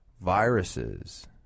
viruses